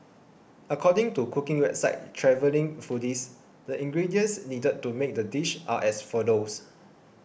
according to cooking website Travelling Foodies the ingredients needed to make the dish are as follows